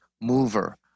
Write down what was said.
mover